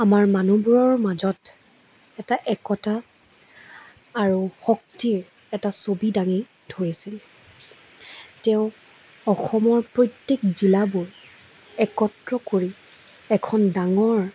আমাৰ মানুহবোৰৰ মাজত এটা একতা আৰু শক্তিৰ এটা ছবি দাঙি ধৰিছিল তেওঁ অসমৰ প্ৰত্যেক জিলাবোৰ একত্ৰ কৰি এখন ডাঙৰ